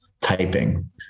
typing